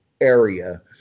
area